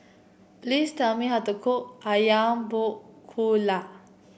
please tell me how to cook ayam Buah Keluak